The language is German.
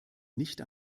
nicht